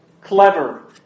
clever